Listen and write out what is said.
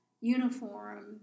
uniform